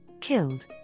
killed